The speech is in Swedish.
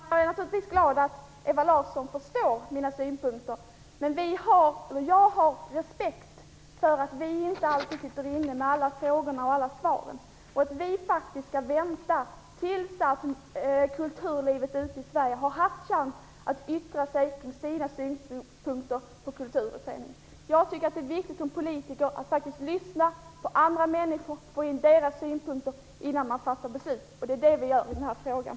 Herr talman! Jag är naturligtvis glad att Ewa Larsson förstår mina synpunkter. Men jag har respekt för att vi inte alltid sitter inne med alla svaren på frågorna. Jag tycker att vi skall vänta tills kulturlivet ute i Sverige har haft chansen att lägga fram sina synpunkter på Kulturutredningen. Som politiker tycker jag att det är viktigt att lyssna på andra människor och få in deras synpunkter innan man fattar beslut, och det är det vi gör i den här frågan.